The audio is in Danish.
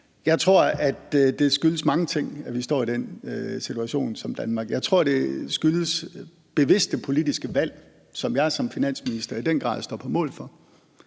Jeg tror, det skyldes mange ting, at vi står i den situation i Danmark. Jeg tror, det skyldes bevidste politiske valg, som jeg som finansminister i den grad står på mål for,